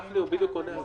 זה יכול להיות גנים,